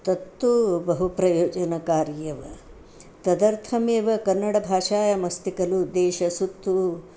तत्तु बहु प्रयोजनकार्यमेव तदर्थमेव कन्नडभाषायामस्ति खलु देशसुत्तु